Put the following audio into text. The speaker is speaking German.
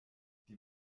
die